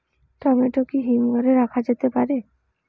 Tomato কি হিমঘর এ রাখা যেতে পারে?